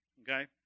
okay